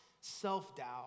self-doubt